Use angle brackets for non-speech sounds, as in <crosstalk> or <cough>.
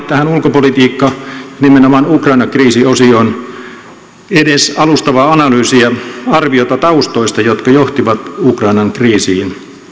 <unintelligible> tähän ulkopolitiikkaosioon nimenomaan ukrainan kriisi osioon olisi kaivannut edes alustavaa analyysia arviota taustoista jotka johtivat ukrainan kriisiin